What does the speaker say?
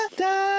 da